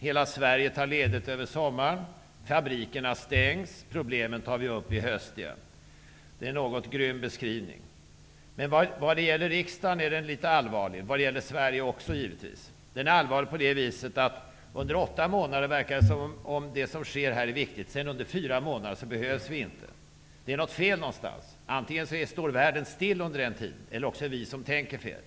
Hela Sverige tar ledigt över sommaren. Fabrikerna stängs. Problemen tar vi upp i höst. Det är en något grym beskrivning. Men när det gäller riksdagen -- givetvis också när det gäller Sverige -- är läget allvarligt. Under åtta månader är det som sker här viktigt. Under de resterande fyra månaderna behövs vi inte. Det är något fel någonstans. Antingen står världen stilla under den tiden, eller också är det vi som tänker fel.